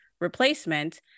replacement